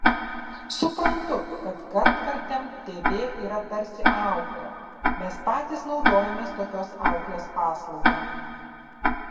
suprantu kad kartkartėm tv yra tarsi auklė mes patys naudojamės tokios auklės paslauga